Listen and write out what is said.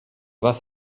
was